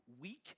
weak